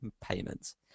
payments